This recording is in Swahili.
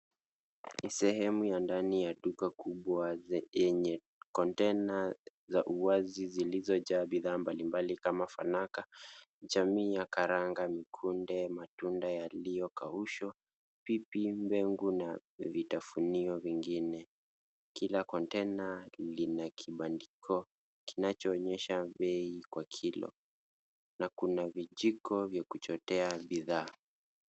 Ni sehemu ya ndani ya duka kubwa yenye kontena za uwazi zilizojaa bidhaa mbalimbali kama fanaka, jamii ya karanga, kunde, matunda yaliyokaushwa ,pipi ,mbegu na vitafunio vingine. Kila kontena lina kibandiko kinachoonyesha bei kwa kilo na kuna vijiko vya kuchotea bidhaa.